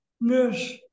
nurse